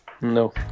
No